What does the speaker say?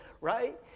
right